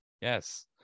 Yes